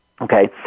Okay